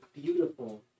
beautiful